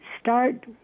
start